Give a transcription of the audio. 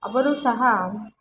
ಅವರು ಸಹ